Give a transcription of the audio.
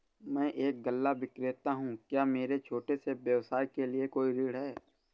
मैं एक गल्ला विक्रेता हूँ क्या मेरे छोटे से व्यवसाय के लिए कोई ऋण है?